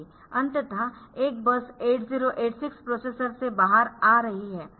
अंततः एक bus 8086 processor से बाहर आ रही है